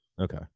Okay